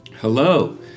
Hello